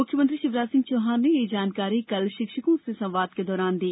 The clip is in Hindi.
मुख्यमंत्री शिवराज सिंह चौहान ने यह जानकारी कल शिक्षकों से संवाद के दौरान दी